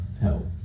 help